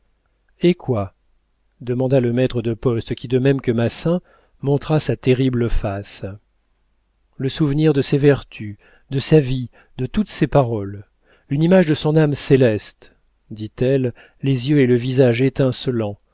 et quoi demanda le maître de poste qui de même que massin montra sa terrible face le souvenir de ses vertus de sa vie de toutes ses paroles une image de son âme céleste dit-elle les yeux et le visage étincelants